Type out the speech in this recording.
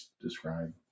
describe